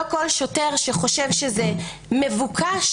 לא כל שוטר שחושב שהחומר מבוקש,